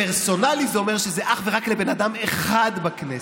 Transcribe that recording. פרסונלי זה אומר שזה אך ורק לבן אדם אחד בכנסת,